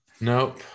Nope